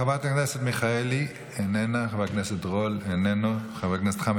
חברת הכנסת מיכאלי, איננה, חבר הכנסת רול, איננו.